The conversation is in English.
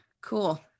cool